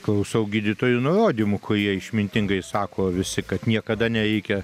klausau gydytojų nurodymų kurie išmintingai sako visi kad niekada nereikia